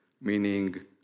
meaning